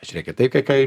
žiūrėkit tai kai kai